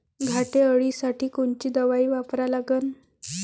घाटे अळी साठी कोनची दवाई वापरा लागन?